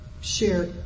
share